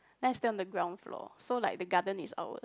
then I stay on the ground floor so like the garden is ours